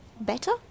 better